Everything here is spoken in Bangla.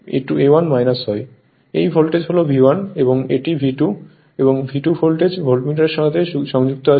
এই ভোল্টেজ হল V1 এবং এটি V2 এবং V₂ ভোল্টেজ ভোল্টমিটারের সাথে সংযুক্ত আছে